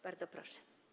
Bardzo proszę.